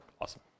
Awesome